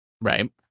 Right